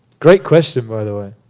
great question, by the way.